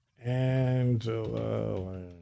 Angela